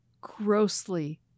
grossly